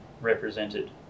represented